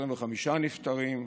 25 נפטרים,